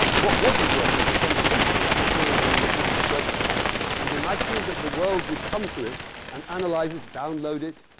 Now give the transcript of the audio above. what wasn't working was then posting that material on the wikileaks website and imagining that the world would come to it and analyze it, download it,